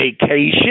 vacation